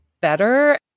better